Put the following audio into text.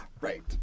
Right